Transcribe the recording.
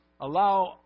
allow